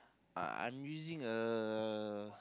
uh I'm using a